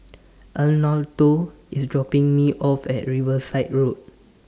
Arnoldo IS dropping Me off At Riverside Road